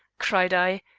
cried i,